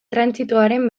trantsitoaren